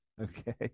Okay